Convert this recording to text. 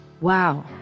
Wow